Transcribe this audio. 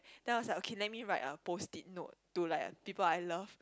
then I was like okay let me write a post-it note to like people I love